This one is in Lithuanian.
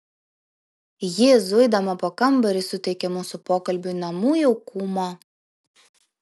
ji zuidama po kambarį suteikė mūsų pokalbiui namų jaukumo